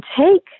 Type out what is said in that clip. take